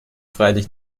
freilich